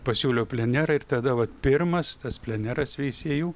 pasiūliau plenerą ir tada vat pirmas tas pleneras veisiejų